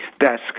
desk